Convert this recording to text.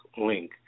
link